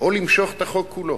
או למשוך את החוק כולו.